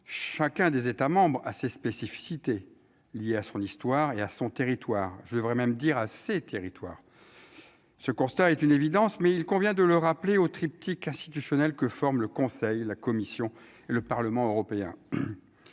chacun des États membres, a ses spécificités liées à son histoire et à son territoire, je devrais même dire à ces territoires, ce constat est une évidence, mais il convient de le rappeler au triptyque institutionnel que forment le Conseil, la Commission, le Parlement européen,